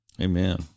Amen